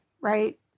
Right